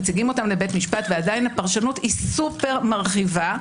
מציגים אותם לבית משפט ועדיין הפרשנות היא סופר מרחיבה,